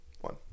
one